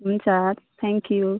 हुन्छ thank you